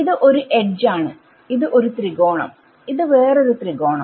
ഇത് ഒരു എഡ്ജ് ആണ് ഇത് ഒരു ത്രികോണംഇത് വേറൊരു ത്രികോണം